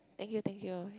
thank you thank you